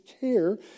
care